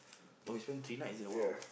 oh you spend three nights there !wow!